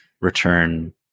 return